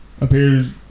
appears